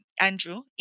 Andrew